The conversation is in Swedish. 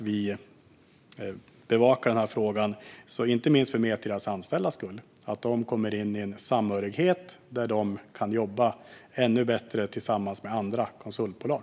Vi bevakar frågan, inte minst för Metrias anställdas skull, så att de kan komma in i en samhörighet där de kan jobba ännu bättre tillsammans med andra konsultbolag.